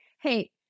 Hey